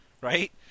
Right